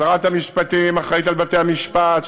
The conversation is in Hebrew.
שרת המשפטים אחראית לבתי-המשפט,